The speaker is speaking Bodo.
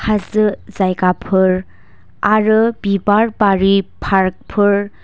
हाजो जायगाफोर आरो बिबार बारि पार्क फोर